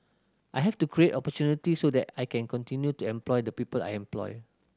I have to create opportunity so that I can continue to employ the people I employ